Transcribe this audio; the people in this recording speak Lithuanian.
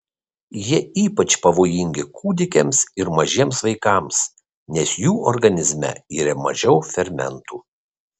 jie ypač pavojingi kūdikiams ir mažiems vaikams nes jų organizme yra mažiau fermentų